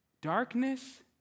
darkness